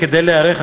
כדי להיערך,